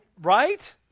Right